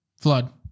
Flood